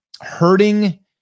hurting